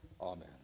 Amen